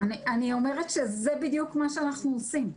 אני אומרת שזה בדיוק מה שאנחנו עושים.